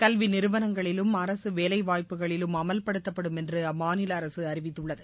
கல்விநிறுவனங்களிலும் அரசுவேலைவாய்ப்புகளிலும் அமல்படுத்தப்படும் என்றுஅம்மாநிலஅரசுஅறிவித்துள்ளது